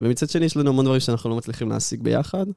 ומצד שני יש לנו המון דברים שאנחנו לא מצליחים להשיג ביחד